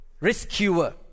rescuer